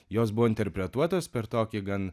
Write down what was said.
jos buvo interpretuotos per tokį gan